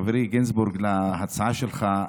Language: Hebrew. חברי גינזבורג, להצעה שלך,